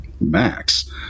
Max